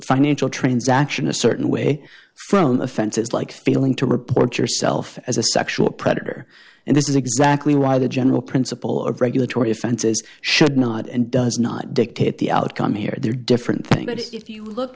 financial transaction a certain way phone offenses like failing to report yourself as a sexual predator and this is exactly why the general principle of regulatory offenses should not and does not dictate the outcome here there are different things but if you look